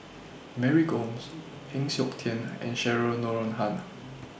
Mary Gomes Heng Siok Tian and Cheryl Noronha